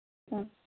ꯑꯥ